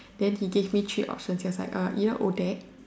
then he gave me three options he's like you know ODAC